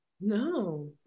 No